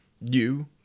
You